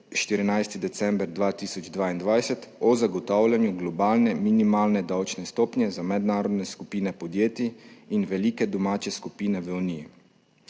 2022 o zagotavljanju globalne minimalne davčne stopnje za mednarodne skupine podjetij in velike domače skupine v Uniji.